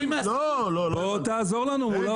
בוא תעזור לנו מול האוצר.